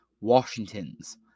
Washington's